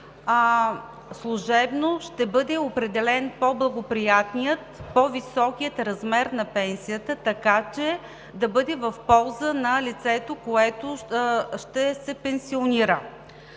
служебно ще бъде определен по благоприятният, по-високият размер на пенсията, така че да бъде в полза на лицето, което ще се пенсионира.